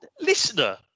listener